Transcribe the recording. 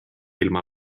ilma